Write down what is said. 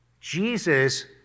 Jesus